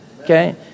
Okay